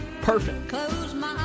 Perfect